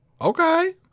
okay